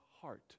heart